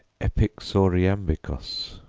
epixoriambikos.